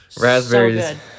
Raspberries